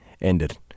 ended